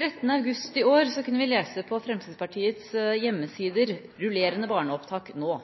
13. august i år kunne vi lese på Fremskrittspartiets hjemmesider: Rullerende barneopptak nå!